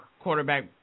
quarterback